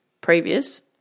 previous